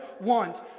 want